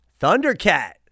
Thundercat